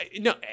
No